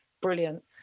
brilliant